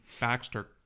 Baxter